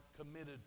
committed